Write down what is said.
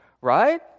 right